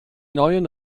neuen